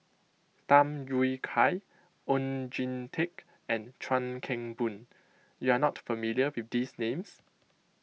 Tham Yui Kai Oon Jin Teik and Chuan Keng Boon you are not familiar with names